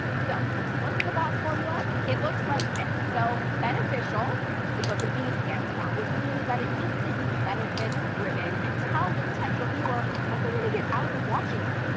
so what's the boss formula? it looks like this. so beneficial is what the b stands for, which means that it needs to be benefit driven, and tell the potential viewer what they're going to get out of watching it.